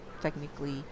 technically